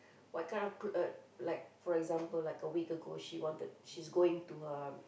what kind of clo~ uh like for example like week ago she wanted she's going to her